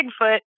Bigfoot